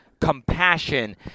Compassion